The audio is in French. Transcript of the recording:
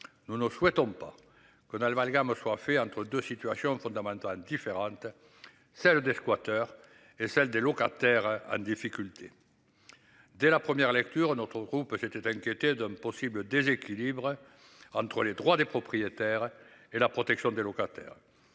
Nous ne souhaitons pas qu'on a le me soit fait entre 2 situations fondamentale différente. Celle des squatters et celle des locataires en difficulté. Dès la première lecture notre groupe s'était inquiété d'un possible le déséquilibre. Entre les droits des propriétaires et la protection des locataires.